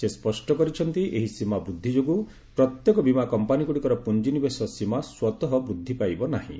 ସେ ସ୍ୱଷ୍ଟ କରିଛନ୍ତି ଏହି ସୀମା ବୂଦ୍ଧି ଯୋଗୁଁ ପ୍ରତ୍ୟେକ ବୀମା କମ୍ପାନୀଗୁଡ଼ିକର ପୁଞ୍ଜିନିବେଶ ସୀମା ସ୍ୱତଃ ବୃଦ୍ଧି ପାଇବ ନାହିଁ